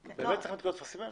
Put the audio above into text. באמת צריך את כל הטפסים האלה?